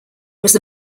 was